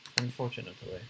Unfortunately